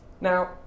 Now